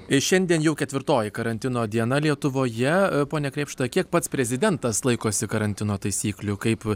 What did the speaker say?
ir šiandien jau ketvirtoji karantino diena lietuvoje pone krėpšta kiek pats prezidentas laikosi karantino taisyklių kaip